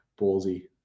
ballsy